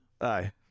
Aye